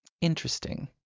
interesting